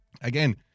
Again